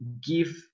give